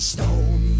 Stone